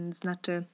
znaczy